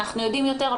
אנחנו יודעים יותר,